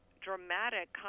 dramatic